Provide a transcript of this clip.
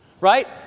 right